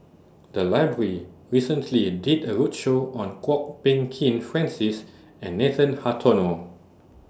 The Library recently did A roadshow on Kwok Peng Kin Francis and Nathan Hartono